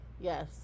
Yes